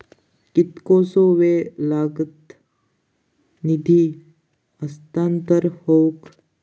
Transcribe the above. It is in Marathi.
कितकोसो वेळ लागत निधी हस्तांतरण हौक?